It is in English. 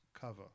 cover